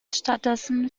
stattdessen